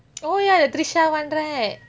oh ya the trisha [one] right